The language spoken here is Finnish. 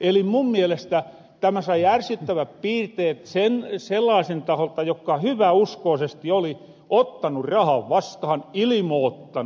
eli mun mielestä tämä sai ärsyttävät piirteet sellaasten taholta jokka hyväuskoosesti oli ottanu rahan vastahan ilimoottanu